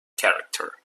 character